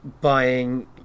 buying